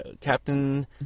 Captain